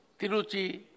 Tiruchi